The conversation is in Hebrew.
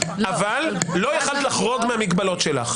אבל לא יכולת לחרוג מהמגבלות שלך.